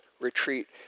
retreat